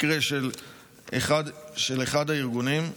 מקרה של אחד הארגונים,